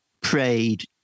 prayed